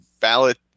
ballot